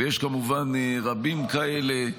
ויש כמובן רבים כאלה,